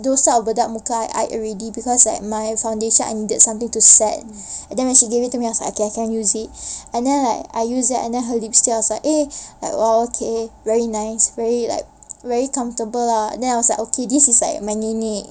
bedak muka I already because like my foundation I needed something to set and then when she gave it to me I was like okay I can use it and then like I used right and then her lipstick I was like eh like !wow! okay very nice very like very comfortable lah then I was like okay this is like my nenek